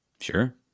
Sure